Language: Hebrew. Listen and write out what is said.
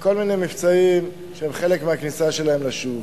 וכל מיני מבצעים שהם חלק מהכניסה שלהם לשוק.